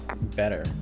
better